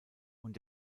und